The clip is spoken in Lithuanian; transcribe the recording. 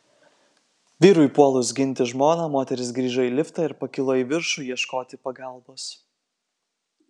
vyrui puolus ginti žmoną moteris grįžo į liftą ir pakilo į viršų ieškoti pagalbos